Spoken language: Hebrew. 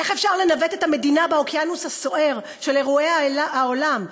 איך אפשר לנווט את המדינה באוקיינוס הסוער של אירועי העולם?